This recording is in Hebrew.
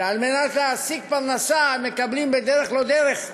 שעל מנת להשיג פרנסה הם מקבלים בדרך לא דרך רישיון.